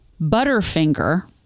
Butterfinger